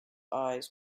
eyes